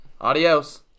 Adios